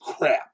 crap